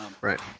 right